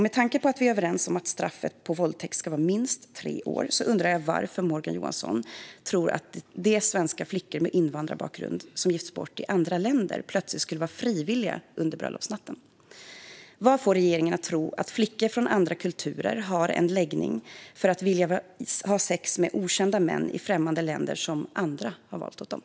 Med tanke på att vi är överens om att straffet för våldtäkt ska vara minst tre år undrar jag varför Morgan Johansson tror att de svenska flickor med invandrarbakgrund som gifts bort i andra länder plötsligt skulle vara frivilliga under bröllopsnatten. Vad får regeringen att tro att flickor från andra kulturer har en läggning som gör att de vill ha sex med okända män som andra har valt åt dem i främmande länder?